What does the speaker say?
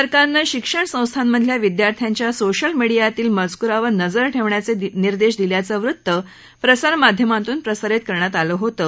सरकारनं शिक्षण संस्थांमधल्या विद्यार्थ्यांच्या सोशल मीडियातील मजकूरावर नजर ठेवण्याचे निर्देश दिल्याचं वृत्त प्रसारमाध्यमांमधून प्रसारित करण्यात आलं होतं